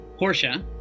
Porsche